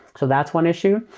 so that's one issue.